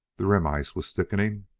the rim-ice was thickening,